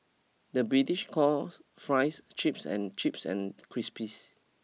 the British calls fries chips and chips and crisps